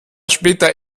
später